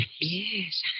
Yes